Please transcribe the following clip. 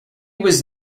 was